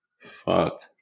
Fuck